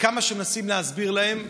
כמה שמנסים להסביר להם,